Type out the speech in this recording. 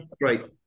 great